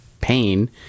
pain